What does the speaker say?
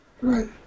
right